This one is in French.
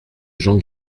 gens